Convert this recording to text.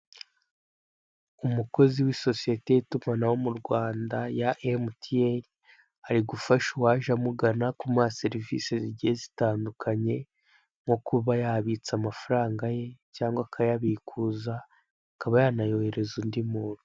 Umukozi w'isosiyete y'itumanaho mu Rwanda ya MTN ari gufasha uwaje amugana kumuha serivisi zigiye zitandukanye, nko kuba yabitse amafaranga ye cyangwa akayabikuza, akaba yanayohererereza undi muntu.